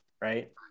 Right